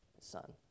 Son